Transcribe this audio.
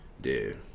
Dude